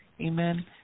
Amen